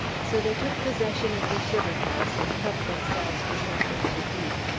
so they took possession of the sugar-house, and helped themselves to something to eat,